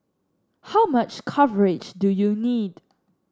how much coverage do you need